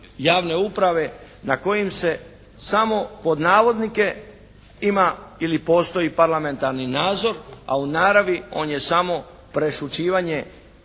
na kojim se samo pod navodnike ima ili postoji parlamentarni nadzor, a u naravni on je samo prešućivanje